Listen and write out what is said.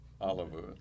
Oliver